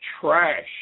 trash